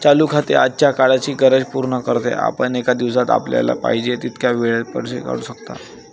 चालू खाते आजच्या काळाची गरज पूर्ण करते, आपण एका दिवसात आपल्याला पाहिजे तितक्या वेळा पैसे काढू शकतो